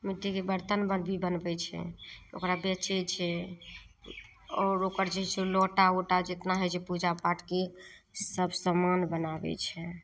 मिट्टीके बरतन बर भी बनबै छै ओकरा बेचै छै आओर ओकर जइसे लोटा ओटा जतना होइ छै पूजा पाठके सब समान बनाबै छै